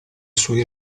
sui